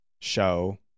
show